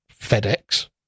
FedEx